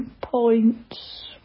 points